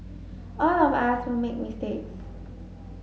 all of us will make mistakes